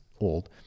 old